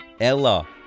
Ella